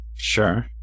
Sure